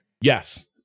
yes